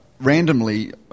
randomly